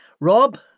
Rob